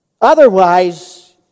Otherwise